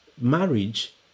marriage